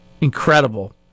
Incredible